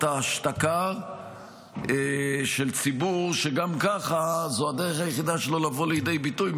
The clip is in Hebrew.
ההשתקה של ציבור שגם ככה זו הדרך היחידה שלו לבוא לידי ביטוי,